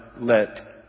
let